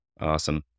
Awesome